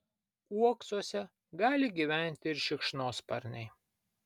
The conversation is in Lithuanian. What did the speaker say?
uoksuose gali gyventi ir šikšnosparniai